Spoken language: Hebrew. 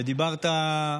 דיברת,